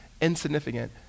insignificant